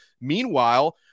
Meanwhile